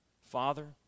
Father